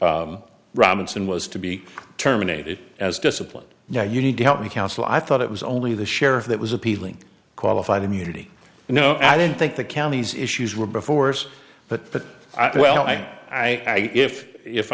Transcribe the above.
r robinson was to be terminated as disciplined yeah you need to help me counsel i thought it was only the sheriff that was appealing qualified immunity no i didn't think the counties issues were before us but i well i i if if